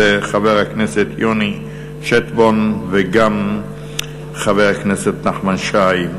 חבר הכנסת יוני שטבון וגם חבר הכנסת נחמן שי.